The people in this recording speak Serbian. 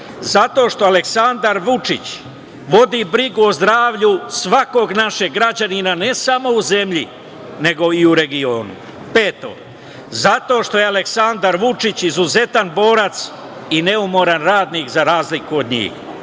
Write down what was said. zato što Aleksandar Vučić vodi brigu o zdravlju svakog našeg građanina, ne samo u zemlji, nego i u regionu. Peto, zato što je Aleksandar Vučić izuzetan borac i neumoran radnik za razliku od